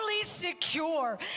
secure